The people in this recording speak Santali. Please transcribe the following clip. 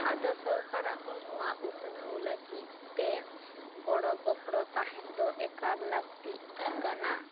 ᱟᱫᱚ ᱥᱚᱨᱠᱟᱨᱟᱜ ᱦᱚᱸ ᱱᱚᱣᱟ ᱩᱛᱱᱟᱹᱣ ᱞᱟᱜᱤᱫ ᱛᱮ ᱜᱚᱲᱚ ᱜᱚᱯᱚᱲᱚ ᱛᱟᱦᱮᱱ ᱮᱠᱟᱞ ᱞᱟᱹᱠᱛᱤᱜ ᱠᱟᱱᱟ